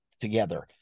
together